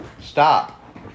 stop